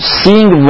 seeing